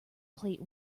plate